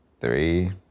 three